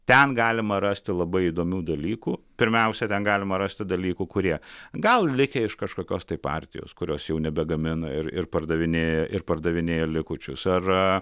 ten galima rasti labai įdomių dalykų pirmiausia ten galima rasti dalykų kurie gal likę iš kažkokios tai partijos kurios jau nebegamina ir ir pardavinėja ir pardavinėja likučius ar